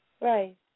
Right